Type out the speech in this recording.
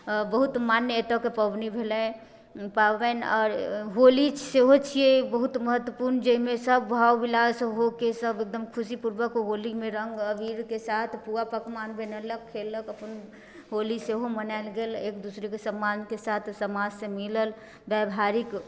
बहुत मान्य एतऽके पबनी भेलै पाबनि आओर होली सेहो छिऐ बहुत महत्वपूर्ण जाहिमे सब भाव विलास होके सब एकदम खुशीपूर्वक होलीमे रङ्ग अबीरके साथ पुआ पकवान बनेलक खेलक अपन होली सेहो मनाएल गेल एक दूसरेके सम्मानके साथ समाजसे मिलल व्यावहारिक